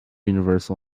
universal